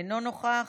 אינו נוכח,